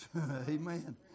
Amen